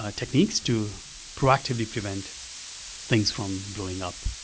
ah techniques to proactively prevent things from blowing up.